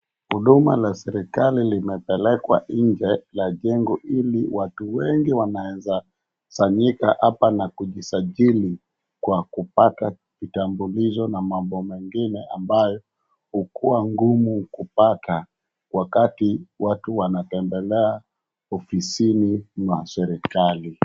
Huduma la serikali limepelekwa nje ya jengo ili watu wengi wanaeza kusanyika hapa na kujisajirisha kwa kupata kitambulisho na mambo mengine ambayo hukuwa ngumu kupata wakati watu wanatembelea ofisini mwa serikali.